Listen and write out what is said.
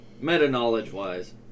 Meta-knowledge-wise